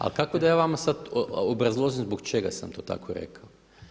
Ali kako da ja vama sada obrazložim zbog čega sam to tako rekao.